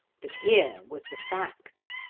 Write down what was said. but here was the fact.